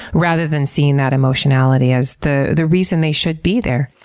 rather than seeing that emotionality as the the reason they should be there.